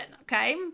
okay